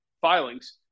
filings